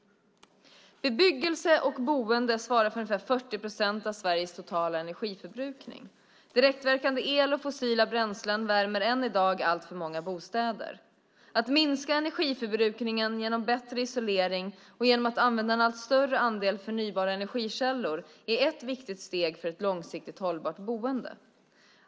Bebyggelse och boende svarar för ungefär 40 procent av Sveriges totala energiförbrukning. Direktverkande el och fossila bränslen värmer än i dag alltför många bostäder. Att minska energiförbrukningen genom bättre isolering och genom att använda en allt större andel förnybara energikällor är ett viktigt steg för ett långsiktigt hållbart boende.